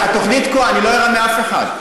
התוכנית תקועה, אני לא ארמה אף אחד.